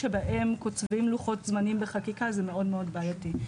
שבהם קוצבים לוחות זמנים בחקיקה זה מאוד בעייתי,